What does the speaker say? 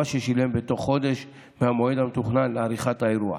ששילם בתוך חודש מהמועד המתוכנן לעריכת האירוע.